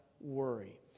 worry